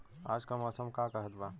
आज क मौसम का कहत बा?